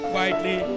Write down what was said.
Quietly